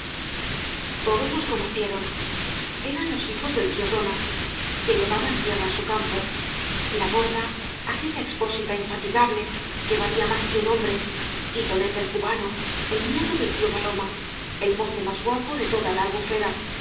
todos los conocieron eran los hijos del tío tóni que llevaban tierra á su campo la borda aquella expósita infatigable que valía más que un hombre y tonet el cubano el nieto del tío paloma el mozo más guapo de toda la albufera